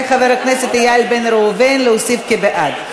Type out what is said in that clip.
חבר הכנסת איל בן ראובן, להוסיף כבעד.